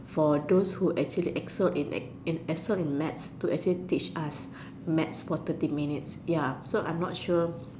for those who actually excelled in in excelled in maths to actually teach us maths for thirty minutes ya so I'm not sure